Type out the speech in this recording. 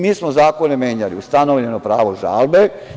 Mi smo zakone menjali, ustanovljeno pravo žalbe.